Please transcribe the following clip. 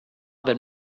wenn